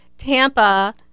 Tampa